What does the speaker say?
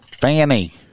Fanny